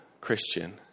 Christian